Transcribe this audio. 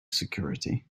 security